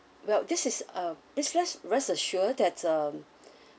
well this is uh please res~ rest assure that um